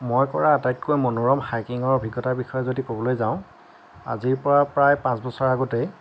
মই কৰা আটাইতকৈ মনোৰম হাইকিঙৰ অভিজ্ঞতাৰ বিষয়ে যদি ক'বলৈ যাওঁ আজিৰ পৰা প্ৰায় পাঁচবছৰৰ আগতে